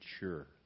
mature